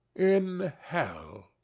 in hell.